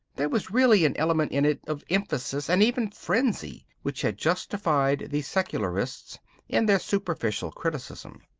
there was really an element in it of emphasis and even frenzy which had justified the secularists in their superficial criticism.